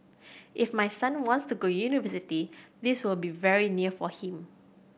if my son wants to go university this will be very near for him